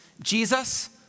Jesus